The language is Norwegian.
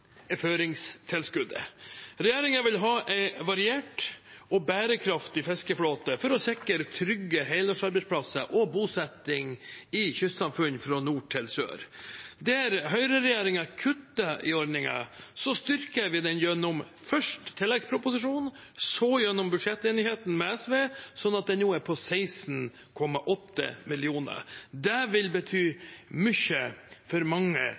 vil ha en variert og bærekraftig fiskeflåte for å sikre trygge helårsarbeidsplasser og bosetting i kystsamfunn fra nord til sør. Der høyreregjeringen kuttet i ordningen, styrker vi den gjennom først tilleggsproposisjonen, så gjennom budsjettenigheten med SV, sånn at den nå er på 16,8 mill. kr. Det vil bety mye for mange